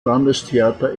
landestheater